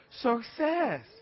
success